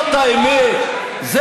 המשק במצב מצוין רק לאנשים קר.